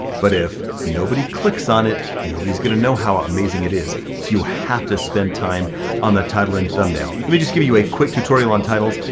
but if nobody clicks on it, nobody's gonna know how amazing it is, so you have to spend time on the title and thumbnail. let me just give you a quick tutorial on titles,